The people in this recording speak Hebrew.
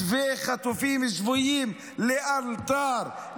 מתווה חטופים-שבויים לאלתר,